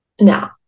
Now